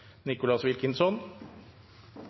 Nicholas Wilkinson